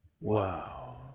Wow